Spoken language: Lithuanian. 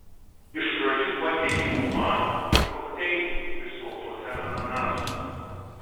iš pradžių patiekė omarų ir kokteilių išskobtuose ananasuose